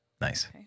Nice